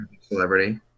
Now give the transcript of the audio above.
celebrity